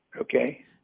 Okay